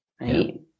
Right